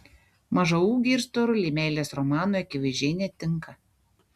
mažaūgiai ir storuliai meilės romanui akivaizdžiai netinka